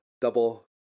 double